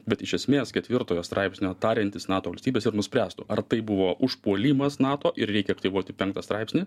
bet iš esmės ketvirtojo straipsnio tariantis nato valstybės ir nuspręstų ar tai buvo užpuolimas nato ir reikia aktyvuoti penktą straipsnį